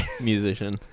musician